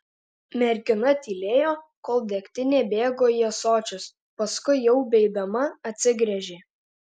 mergina tylėjo kol degtinė bėgo į ąsočius paskui jau beeidama atsigręžė